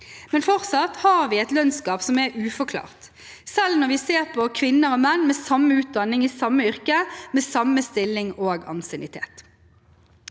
Men fortsatt har vi et lønnsgap som er uforklart, selv når vi ser på kvinner og menn med samme utdanning, i samme yrke, med samme stilling og ansiennitet.